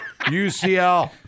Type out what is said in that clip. UCL